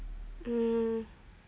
um